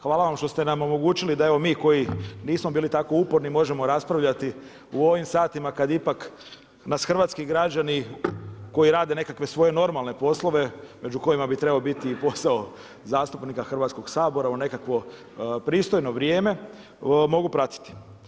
Hvala vam što ste nam omogućili da evo, mi koji nismo bili tako uporni možemo raspravljati u ovim satima kad ipak nas hrvatski građani koji rade nekakve svoje normalne poslove, među kojima bi trebao biti i posao zastupnika Hrvatskog sabora u nekakvo pristojno vrijeme mogu pratiti.